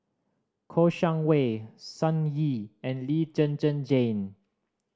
Kouo Shang Wei Sun Yee and Lee Zhen Zhen Jane